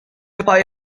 پای